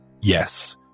yes